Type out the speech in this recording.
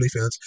OnlyFans